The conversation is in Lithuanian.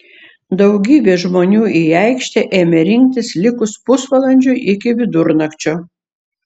daugybė žmonių į aikštę ėmė rinktis likus pusvalandžiui iki vidurnakčio